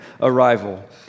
arrival